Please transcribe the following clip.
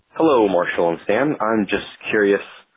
hello marshall and sam, i'm just curious